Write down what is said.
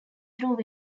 through